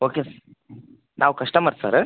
okay ಸ್ ನಾವು customer sir